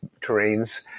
terrains